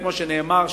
כמו שנאמר,